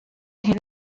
هذا